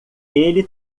ele